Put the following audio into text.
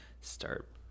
start